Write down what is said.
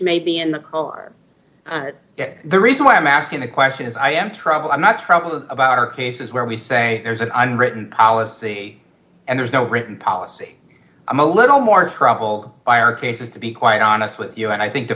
may be in the car the reason why i'm asking the question is i am troubled i'm not troubled about our cases where we say there's an unwritten policy and there's no written policy i'm a little more trouble by our cases to be quite honest with you and i think